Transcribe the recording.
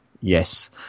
yes